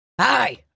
Hi